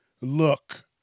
look